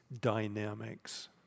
dynamics